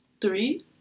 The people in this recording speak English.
three